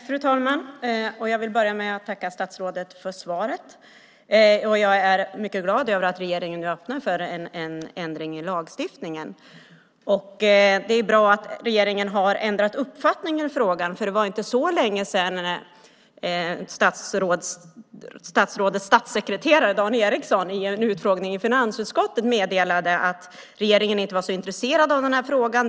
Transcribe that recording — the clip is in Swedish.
Fru talman! Jag vill börja med att tacka statsrådet för svaret. Jag är mycket glad över att regeringen nu öppnar för en ändring i lagstiftningen. Det är bra att regeringen har ändrat uppfattning i frågan. Det var inte så länge sedan som statsrådets statssekreterare Dan Ericsson i en utfrågning i finansutskottet meddelade att regeringen inte var så intresserad av den här frågan.